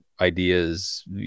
ideas